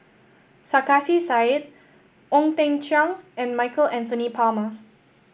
Sarkasi Said Ong Teng Cheong and Michael Anthony Palmer